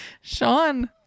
Sean